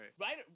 right